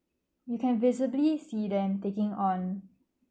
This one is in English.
you can visibly see them taking on